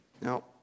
Now